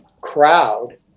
crowd